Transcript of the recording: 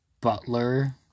Butler